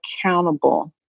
accountable